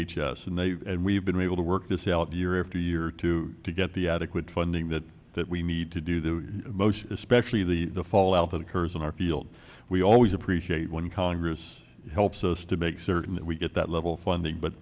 s and we've been able to work this out the year after year to to get the adequate funding that that we need to do the most especially the fallout that occurs in our field we always appreciate when congress helps us to make certain that we get that level funding but